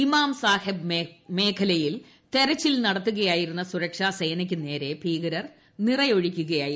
ഇമാം സാഹിബ് മേഖലയിൽ തെരച്ചിൽ നടത്തുകയായിരുന്ന സുരക്ഷാസേനയ്ക്ക് നേരെ ഭീകരർ നിറയൊഴിക്കുകയായിരുന്നു